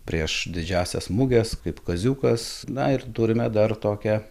prieš didžiąsias muges kaip kaziukas na ir turime dar tokią